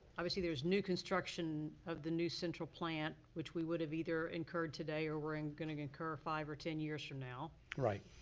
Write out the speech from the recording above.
obviously there's new construction of the new central plant which we would've either incurred today or we're and gonna incur five or ten years from now. right.